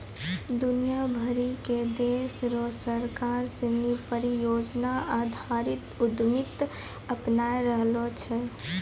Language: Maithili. दुनिया भरी के देश र सरकार सिनी परियोजना आधारित उद्यमिता अपनाय रहलो छै